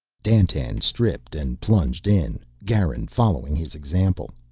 dandtan stripped and plunged in, garin following his example.